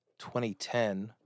2010